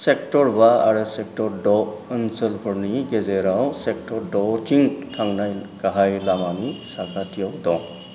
sector बा आरो sector द' ओनसोलफोरनि गेजेराव सेक्टर द' थिं थांनाय गाहाय लामानि साखाथियाव दं